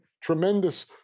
tremendous